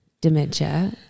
dementia